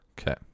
Okay